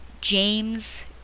James